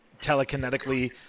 telekinetically